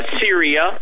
Syria